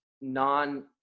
non